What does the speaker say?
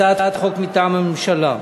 הצעת חוק מטעם הממשלה.